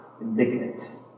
indignant